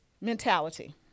mentality